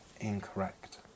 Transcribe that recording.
Incorrect